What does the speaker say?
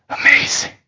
Amazing